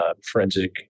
forensic